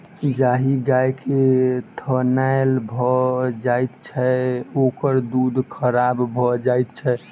जाहि गाय के थनैल भ जाइत छै, ओकर दूध खराब भ जाइत छै